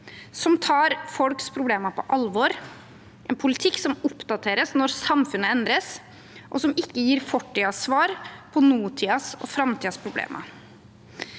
som tar folks problemer på alvor, en politikk som oppdateres når samfunnet endres, og som ikke gir fortidens svar på nåtidens og framtidens problemer.